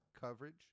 coverage